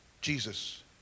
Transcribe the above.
Jesus